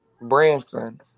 Branson